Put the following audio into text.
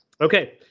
Okay